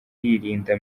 yirinda